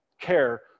care